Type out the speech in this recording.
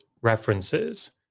references